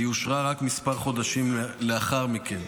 היא אושרה רק כמה חודשים לאחר מכן.